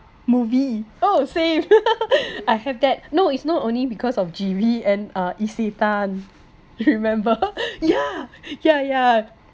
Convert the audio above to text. movie oh same I have that no it's not only because of G_V and uh Isetan remember ya ya ya